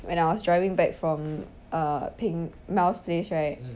when I was driving back from a ping mao's place right